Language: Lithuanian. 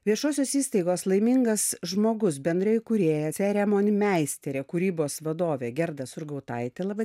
viešosios įstaigos laimingas žmogus bendra įkūrėja ceremonmeisterė kūrybos vadovė gerda surgautaitė laba